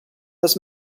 this